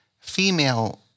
female